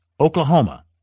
Oklahoma